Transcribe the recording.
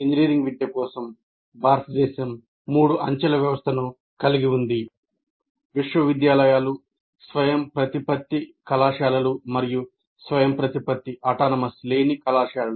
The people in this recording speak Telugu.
ఇంజనీరింగ్ విద్య కోసం భారతదేశం మూడు అంచెల వ్యవస్థను కలిగి ఉంది విశ్వవిద్యాలయాలు స్వయంప్రతిపత్త కళాశాలలు మరియు స్వయంప్రతిపత్తి లేని కళాశాలలు